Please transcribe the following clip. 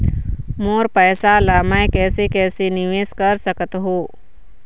मोर पैसा ला मैं कैसे कैसे निवेश कर सकत हो?